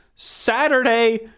Saturday